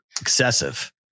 excessive